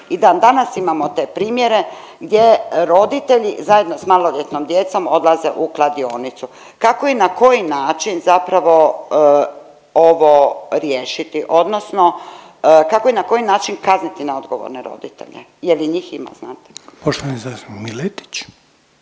I dan danas imamo te primjere gdje roditelji zajedno s maloljetnom djecom odlaze u kladionicu. Kako i na koji način zapravo ovo riješiti odnosno kako i na koji način kazniti neodgovorne roditelje jer i njih ima, znate? **Reiner, Željko